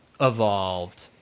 evolved